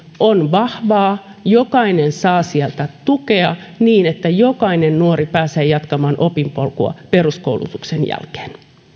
on vahvaa jokainen saa sieltä tukea niin että jokainen nuori pääsee jatkamaan opinpolkua peruskoulutuksen jälkeen